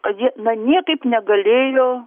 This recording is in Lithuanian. kad jie na niekaip negalėjo